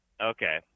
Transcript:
Okay